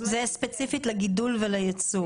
זה ספציפית לגידול ולייצור.